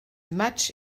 match